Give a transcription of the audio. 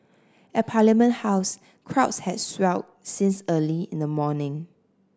at Parliament House crowds had swelled since early in the morning